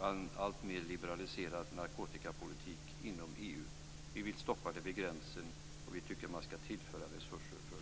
en alltmer liberaliserad narkotikapolitik inom EU. Vi vill stoppa narkotikan vid gränsen och tycker att resurser skall tillföras för detta.